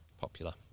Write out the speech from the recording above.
popular